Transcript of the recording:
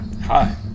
Hi